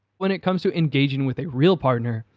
when it comes to engaging with a real partner,